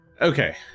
Okay